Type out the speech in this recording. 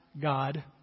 God